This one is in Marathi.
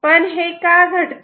पण हे का घडते